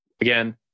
Again